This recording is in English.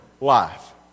life